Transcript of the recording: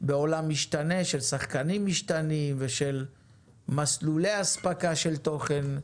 בעולם משתנה של שחקנים משתנים ושל מסלולי אספקה של תוכן,